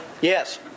Yes